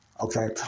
Okay